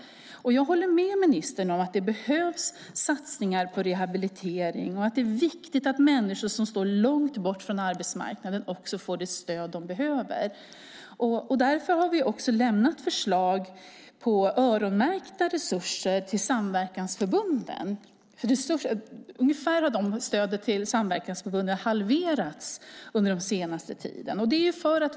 Jag håller med ministern om att det behövs satsningar på rehabilitering och att det är viktigt att människor som står långt bort från arbetsmarknaden också får det stöd de behöver. Därför har vi också lämnat förslag på öronmärkta resurser till samverkansförbunden. Stödet till samverkansförbunden har halverats under den senaste tiden.